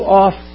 off